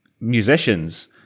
musicians